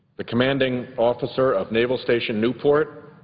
the commanding officer of naval station newport,